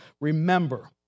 remember